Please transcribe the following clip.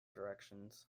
directions